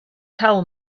tell